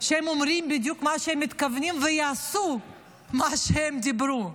שהם אומרים בדיוק מה שהם מתכוונים ויעשו מה שהם אמרו.